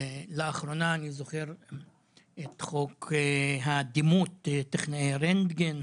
לאחרונה אני זוכר את חוק הדימות בנוגע לטכנאי רנטגן,